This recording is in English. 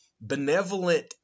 benevolent